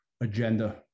agenda